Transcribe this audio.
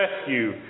rescue